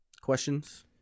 Questions